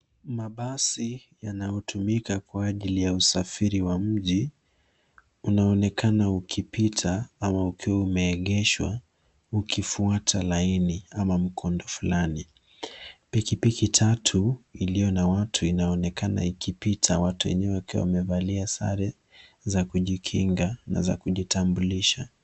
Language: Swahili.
Mabasi yanayotumika kwa ajili ya usafiri wa mjini yanaonekana yakipita au yakiwa yameegeshwa, yakifuatilia laini au mkondo fulani. Pikipiki tatu, iliyo na watu, inaonekana ikipita; watu waliomo wamevalia sare za kujikinga na za kujitambulisha.